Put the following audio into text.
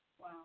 Wow